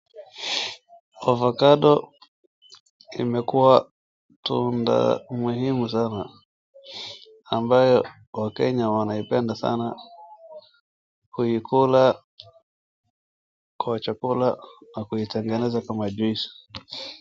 Ovacado imekuwa tunda muhimu sana ambayo wakenya wanaipenda sana kuikula Kwa chakula na kuitengeneza kama juice .